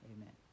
Amen